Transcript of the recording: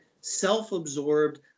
self-absorbed